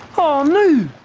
oh no! oh,